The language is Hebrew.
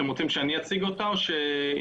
התוכנית האסטרטגית 2040 נולדה בהמשך להערכת מצב שהוגשה